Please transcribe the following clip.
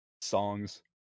songs